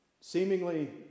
seemingly